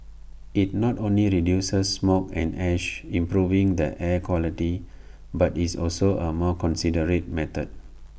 IT not only reduces smoke and ash improving the air quality but is also A more considerate method